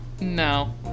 No